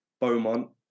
Beaumont